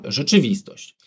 rzeczywistość